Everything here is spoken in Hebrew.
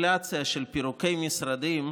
גם לך פירקו משרד.